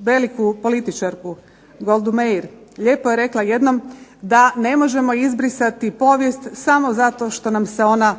veliku političarku Goldu Meir. Lijepo je rekla jednom da ne možemo izbrisati povijest samo zato što nam se ona